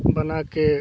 बना कर